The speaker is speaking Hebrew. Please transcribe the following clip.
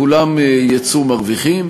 כולם יצאו מרוויחים.